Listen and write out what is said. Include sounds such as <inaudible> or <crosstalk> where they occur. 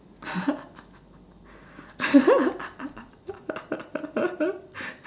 <laughs>